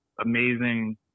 amazing